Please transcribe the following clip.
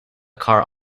car